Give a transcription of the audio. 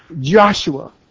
Joshua